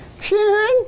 Sharon